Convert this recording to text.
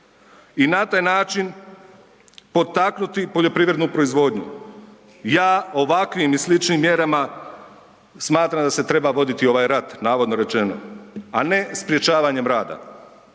i na taj način potaknuti poljoprivrednu proizvodnju. Ja ovakvim i sličnim mjerama smatram da se treba voditi ovaj rat, a ne sprječavanje rada.